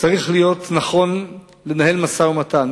צריך להיות נכון לנהל משא-ומתן.